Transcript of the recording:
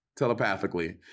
telepathically